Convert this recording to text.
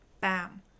Bam